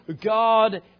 God